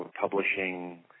publishing